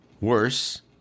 worse